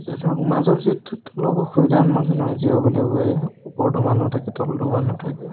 এতিয়া ধৰক মাজৰ ছিটটোত অলপ অসুবিধাৰ সন্মুখীন হয় যিসকলে শুৱে ওপৰতো মানুহ থাকে তলতো মানুহ থাকে